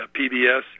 PBS